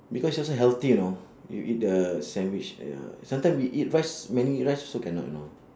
because this one healthy you know you eat the sandwich ya sometimes we eat rice many rice also cannot you know